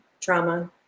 trauma